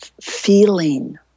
feeling